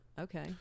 okay